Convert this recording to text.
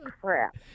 crap